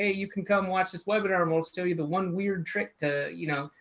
ah you can come watch this webinar most tell you the one weird trick to you know,